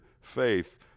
faith